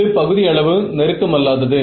இது பகுதியளவு நெருக்கம் அல்லாதது